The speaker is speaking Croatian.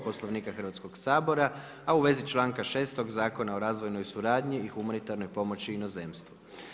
Poslovnika Hrvatskoga sabora a u vezi članka 6. zakona o razvojnoj suradnji i humanitarnoj pomoći i inozemstvu.